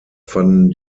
fanden